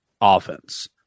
offense